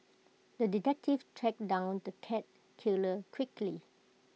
the detective tracked down the cat killer quickly